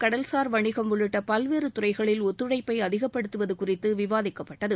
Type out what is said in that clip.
கடல்சார் வணிகம் உள்ளிட்ட பல்வேறு துறைகளில் ஒத்துழைப்பை அதிகப்படுத்துவது குறித்து விவாதிக்கப்பட்டது